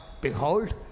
behold